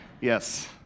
Yes